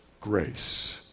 grace